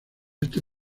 ese